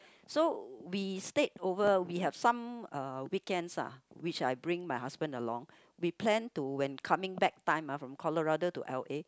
so we stayed over we have some uh weekends ah which I bring my husband along we planned to when coming back time ah from Colorado to L_A